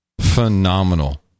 Phenomenal